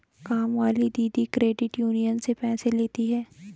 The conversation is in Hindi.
कामवाली दीदी क्रेडिट यूनियन से पैसे लेती हैं